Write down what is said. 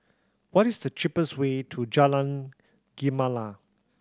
what is the cheapest way to Jalan Gemala